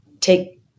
take